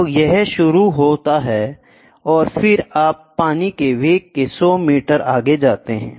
अब यह शुरू होता है और फिर आप पानी के वेग के 100 मीटर आगे जाते हैं